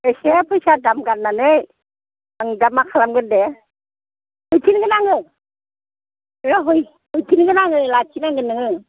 एसे फैसा दाम गारनानै आं दा मा खालामगोन दे हैफिनगोन आङो हैफिनगोन आङो लाखिनांगोन नोङो